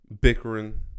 Bickering